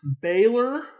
Baylor